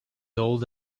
old